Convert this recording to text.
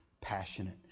passionate